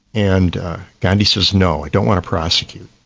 and gandhi says no, i don't want to prosecute'.